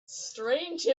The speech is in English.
strange